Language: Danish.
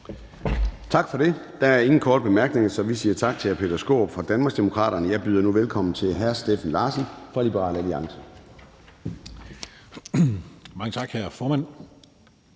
Tak for det. Der er ingen korte bemærkninger, så vi siger tak til hr. Peter Skaarup fra Danmarksdemokraterne. Jeg byder nu velkommen til hr. Steffen Larsen fra Liberal Alliance. Kl. 10:31 (Ordfører)